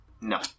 No